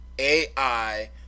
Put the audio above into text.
AI